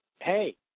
hey